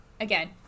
again